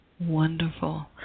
Wonderful